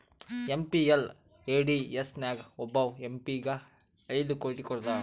MPLADS ನಾಗ್ ಒಬ್ಬವ್ M P ಗ ಐಯ್ಡ್ ಕೋಟಿ ಕೊಡ್ತಾರ್